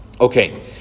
Okay